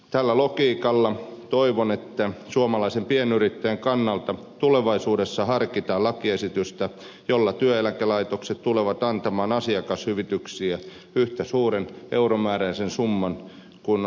tällä logiikalla toivon että suomalaisen pienyrittäjän kannalta tulevaisuudessa harkitaan lakiesitystä jolla työeläkelaitokset tulevat antamaan asiakashyvityksiä yhtä suuren euromääräisen summan kuin työeläkemaksut